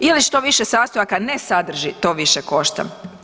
Ili što više sastojaka ne sadrži, to više košta.